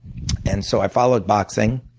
and so i followed boxing.